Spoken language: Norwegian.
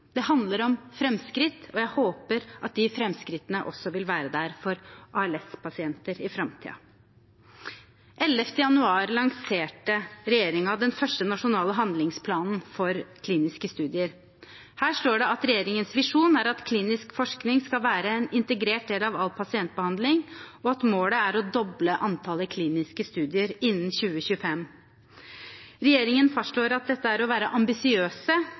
og jeg håper at de framskrittene også vil være der for ALS-pasienter i framtiden. Den 11. januar lanserte regjeringen den første nasjonale handlingsplanen for kliniske studier. Her står det at regjeringens visjon er at klinisk forskning skal være en integrert del av all pasientbehandling, og at målet er å doble antallet kliniske studier innen 2025. Regjeringen fastslår at dette er å være